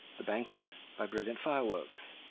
the banquet by brilliant fireworks,